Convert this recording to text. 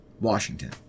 washington